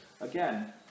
Again